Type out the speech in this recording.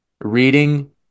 reading